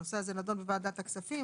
הנושא הזה נדון בוועדת הכספים,